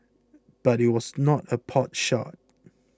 but it was not a potshot